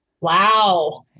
Wow